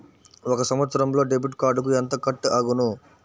ఒక సంవత్సరంలో డెబిట్ కార్డుకు ఎంత కట్ అగును?